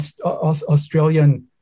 Australian